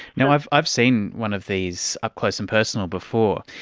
you know i've i've seen one of these up close and personal before,